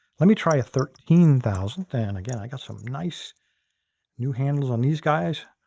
let me try a thirteen thousand. then again, i got some nice new handles on these guys.